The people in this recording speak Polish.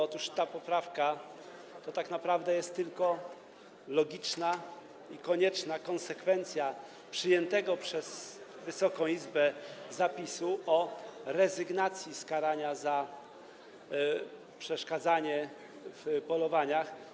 Otóż ta poprawka to tak naprawdę jest tylko logiczna i konieczna konsekwencja przyjętego przez Wysoką Izbę zapisu o rezygnacji z karania za przeszkadzanie w polowaniach.